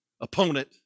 opponent